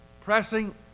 pressing